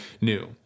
new